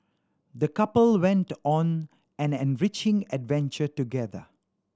the couple went on an enriching adventure together